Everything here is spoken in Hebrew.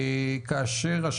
בדיוק.